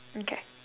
okay